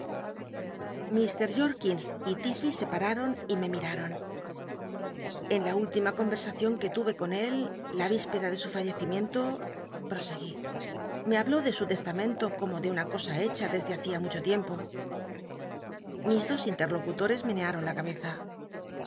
mr jorkins y l'iff'cy se pararon y me miraron en la última conversacion que tuve con él la d spcra de su fallecimien to proseguí me habló de su testamento como de una cosa hecha desde hacia mucho tiempo mis dos intcl'locu torcs menearon la cabeza